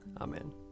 Amen